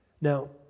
Now